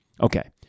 Okay